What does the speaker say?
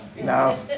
No